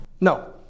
No